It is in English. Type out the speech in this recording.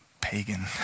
pagan